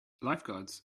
lifeguards